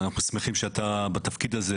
אנחנו שמחים שאתה בתפקיד הזה.